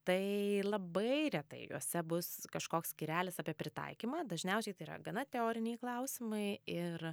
tai labai retai juose bus kažkoks skyrelis apie pritaikymą dažniausiai tai yra gana teoriniai klausimai ir